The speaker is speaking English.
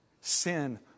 sin